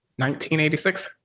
1986